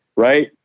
Right